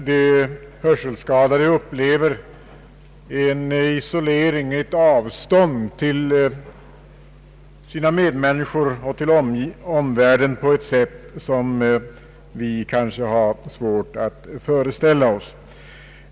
De hörselskadade upplever en isolering, ett avstånd till sina medmänniskor och till omvärlden, på ett sätt som många kanske har svårt att föreställa sig.